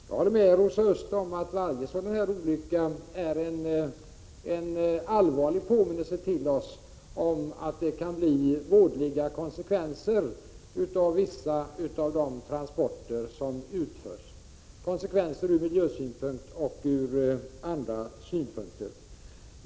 Jag håller med Rosa Östh om att varje sådan här olycka är en allvarlig påminnelse för oss om att det kan bli vådliga konsekvenser av vissa av de transporter som utförs — ur miljösynpunkt och ur andra synpunkter.